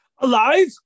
Alive